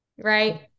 right